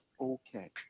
okay